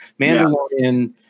Mandalorian